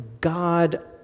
God